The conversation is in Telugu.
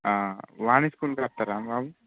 ఆ వాణి స్కూల్ దగ్గర బాబు